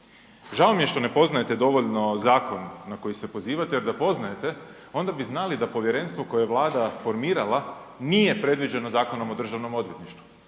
Žao mi je što ne poznajete dovoljno zakon jer da poznajete onda bi znali da povjerenstvo koje je Vlada formirala nije predviđeno Zakonom o Državnom odvjetništvu.